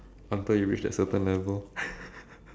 after you reach that certain level